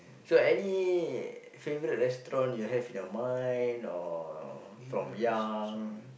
so any favourite restaurant you have in your mind or from young